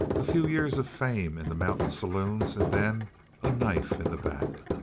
a few years of fame in the mountain saloons, and then a knife in the back.